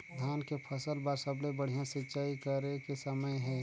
धान के फसल बार सबले बढ़िया सिंचाई करे के समय हे?